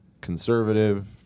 conservative